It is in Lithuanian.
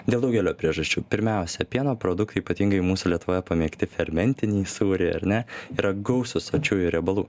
dėl daugelio priežasčių pirmiausia pieno produktai ypatingai mūsų lietuvoje pamėgti fermentinai sūrai ar ne yra gausūs sočiųjų riebalų